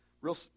real